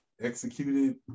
executed